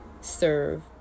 serve